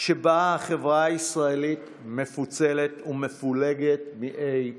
שבה החברה הישראלית מפוצלת ומפולגת מאי פעם.